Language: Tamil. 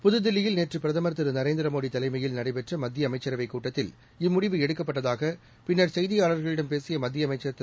புதுதில்லியில் நேற்று பிரதமர் திரு நரேந்திர மோடி தலைமையில் நடைபெற்ற மத்திய அமைச்சரவைக் கூட்டத்தில் இம்முடிவு எடுக்கப்பட்டதாக பின்னர் செய்தியாளர்களிடம் பேசிய மத்திய அமைச்சர் திரு